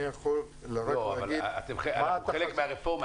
אני יכול רק להגיד --- אבל אנחנו חלק מהרפורמה,